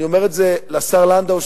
ואני אומר את זה לשר לנדאו,